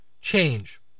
change